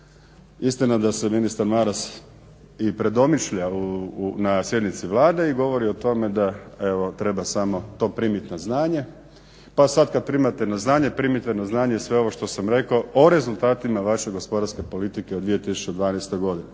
Istina je da se ministar Maras i predomišlja na sjednici Vlade i govori o tome da, evo treba samo to primit na znanje pa sad kad primate na znanje primite na znanje sve ovo što sam rekao o rezultatima vaše gospodarske politike od 2012. godine.